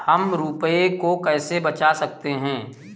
हम रुपये को कैसे बचा सकते हैं?